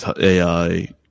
AI